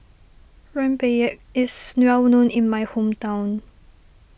Rempeyek is well known in my hometown